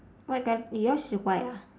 white colour yours is white ah